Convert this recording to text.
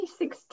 2016